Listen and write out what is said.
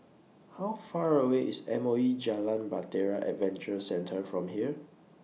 How Far away IS M O E Jalan Bahtera Adventure Centre from here